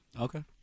Okay